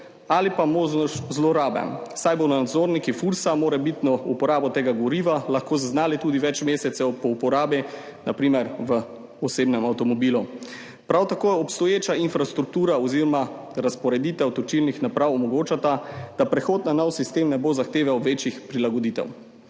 ali pa možnosti zlorabe, saj bodo nadzorniki FURS morebitno uporabo tega goriva lahko zaznali tudi več mesecev po uporabi, na primer v osebnem avtomobilu. Prav tako obstoječa infrastruktura oziroma razporeditev točilnih naprav omogočata, da prehod na nov sistem ne bo zahteval večjih prilagoditev.